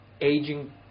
aging